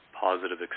positive